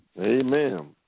Amen